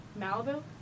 Malibu